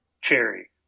cherry